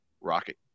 Rocket